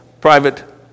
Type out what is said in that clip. private